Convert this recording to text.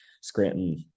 Scranton